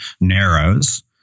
narrows